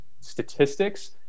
statistics